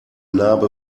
narbe